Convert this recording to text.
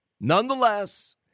nonetheless